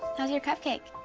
how's your cupcake.